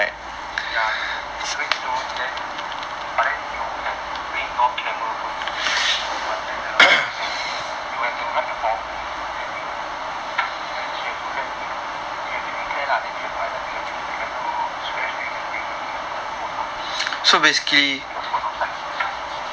ya is is red zone then but then you can bring non camera phone in means you must let the R_S_M know u have to write the form then you at least you have to let it you have to declare lah then you have to either take away the camera or scratch then you can bring the camera phone up if not you have to put the phone outside